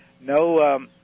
no